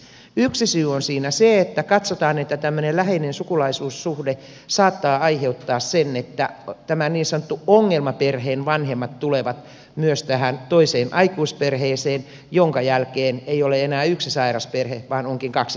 yksi syy on siinä se että katsotaan että tämmöinen läheinen sukulaisuussuhde saattaa aiheuttaa sen että tämän niin sanotun ongelmaperheen vanhemmat tulevat myös tähän toiseen aikuisperheeseen minkä jälkeen ei ole enää yksi sairas perhe vaan onkin kaksi sairasta perhettä